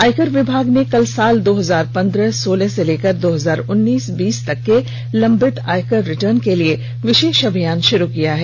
आयकर विभाग ने कल साल दो हजार पंद्रह सोलह से लेकर दो हजार उन्नीस बीस तक के लंबित आयकर रिटर्न के लिए विशेष अभियान शुरू किया है